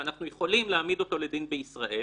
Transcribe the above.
ואנחנו יכולים להעמיד אותו לדין בישראל.